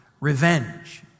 revenge